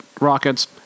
Rockets